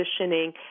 positioning